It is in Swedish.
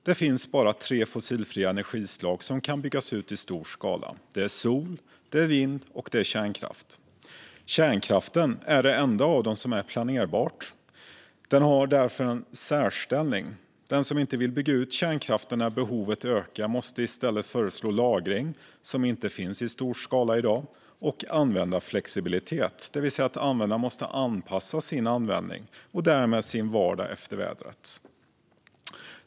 Det finns bara tre fossilfria energislag som kan byggas ut i stor skala. Det är sol, vind och kärnkraft. Kärnkraften är det enda av dem som är planerbart. Den har därför en särställning. Den som inte vill bygga ut kärnkraften när behovet ökar måste i stället föreslå lagring, som inte finns i stor skala, och användarflexibilitet, det vill säga att användarna anpassar sin elanvändning och därmed sin vardag efter vädret.